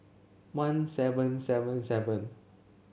one seven seven seven